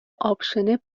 آپشن